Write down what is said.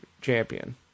champion